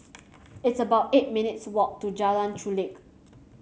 it's about eight minutes' walk to Jalan Chulek